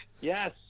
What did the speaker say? yes